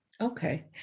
Okay